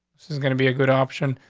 this is gonna be a good option,